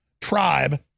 tribe